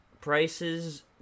prices